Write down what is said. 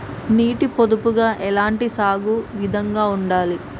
నీటి పొదుపుగా ఎలాంటి సాగు విధంగా ఉండాలి?